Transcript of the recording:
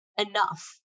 enough